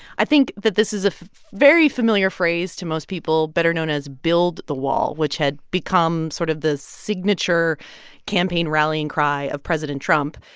i think that this is a very familiar phrase to most people, better known as build the wall, which had become sort of the signature campaign rallying cry of president trump.